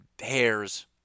hairs